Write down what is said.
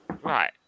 Right